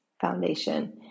foundation